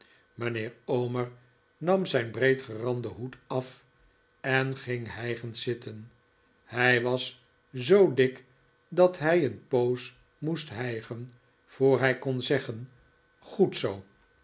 mijnheer omer nam zijn breedgeranden hoed af en ging hijgend zitten hij was zoo dik dat hij een poos moest hij gen voor hij kon zeggen goed zoo